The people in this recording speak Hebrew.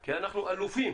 כי אנחנו אלופים